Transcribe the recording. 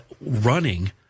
running